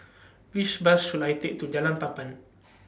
Which Bus should I Take to Jalan Papan